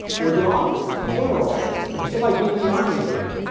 were the officers, the former officers. it was just like being in the army again.